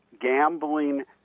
gambling